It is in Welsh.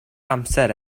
amser